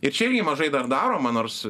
ir čia irgi mažai dar daroma nors